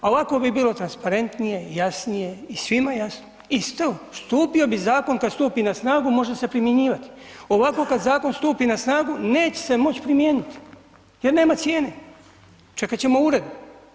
A ovako bi bilo transparentnije, jasnije i svima jasno, isto, stupio bi zakon kad stupi na snagu, može se primjenjivati, ovako kad zakon stupi na snagu, neće se moći primijeniti jer nema cijene, čekat ćemo uredbu.